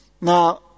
Now